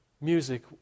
Music